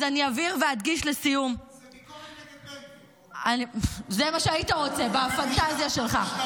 אז אבהיר ואדגיש לסיום --- זו ביקורת נגד בן גביר.